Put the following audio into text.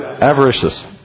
Avaricious